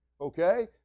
okay